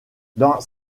dans